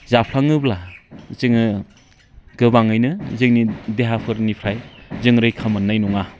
जाफ्लाङोब्ला जोङो गोबाङैनो जोंनि देहाफोरनिफ्राय जों रैखा मोननाय नङा